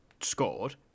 scored